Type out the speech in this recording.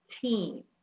team